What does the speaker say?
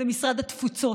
הוא משרד התפוצות.